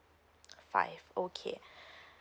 five okay